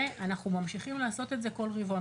ואנחנו ממשיכים לעשות את זה בכל רבעון.